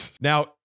Now